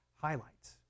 highlights